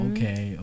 Okay